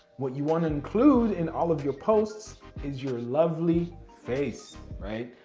what you wanna include in all of your posts is your lovely face, right?